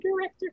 director